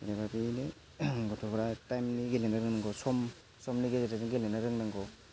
जेनेबा बेनो गथ'फ्रा टाइमलि गेलेनांगौ सम समनि गेजेरजों गेलेनो रोंनांगौ